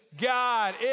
God